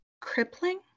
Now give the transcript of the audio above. crippling